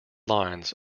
lines